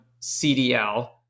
CDL